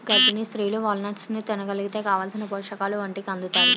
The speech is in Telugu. గర్భిణీ స్త్రీలు వాల్నట్స్ని తినగలిగితే కావాలిసిన పోషకాలు ఒంటికి అందుతాయి